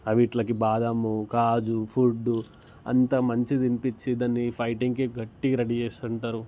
అవి ఇట్లా బాదము కాజు ఫుడ్ అంతా మంచిగా తినిపించి దాన్ని ఫైటింగ్కి గట్టిగా రెడీ చేస్తు ఉంటారు